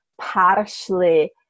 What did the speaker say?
partially